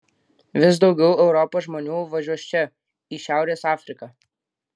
vis daugiau europos žmonių važiuos čia į šiaurės afriką